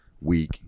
week